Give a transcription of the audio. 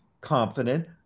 confident